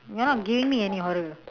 you are not giving me any horror